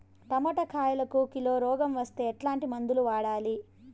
Tomato కాయలకు kilo రోగం వస్తే ఎట్లాంటి మందులు వాడాలి?